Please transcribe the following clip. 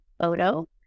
photo